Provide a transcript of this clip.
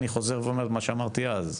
אני חוזר ואומר את מה שאמרתי אז,